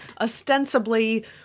ostensibly